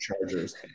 chargers